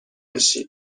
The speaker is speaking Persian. بشین